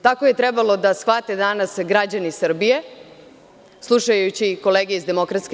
Tako je trebalo da shvate danas građani Srbije slušajući kolege iz DS.